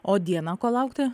o dieną ko laukti